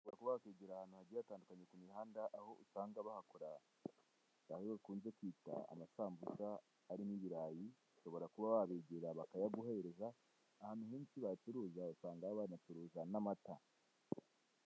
Ushobora kuba wakegera ahantu hagiye hatandukanye ku mihanda aho usanga bahakora ayo bakunze kwita amasambusa arimo ibirayi ushobora kuba wabegera bakayaguhereza, ahantu henshi bayacuruza usanga baba banacuruza n'amata.